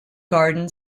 garden